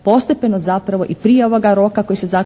postepeno zapravo i prije ovoga roka koji se zakonom